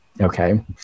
okay